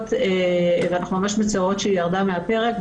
ואנחנו ממש מצטערות שהיא ירדה מהפרק.